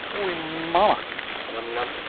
holy ma um